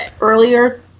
earlier